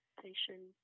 patient